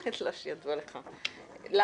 אני